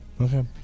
okay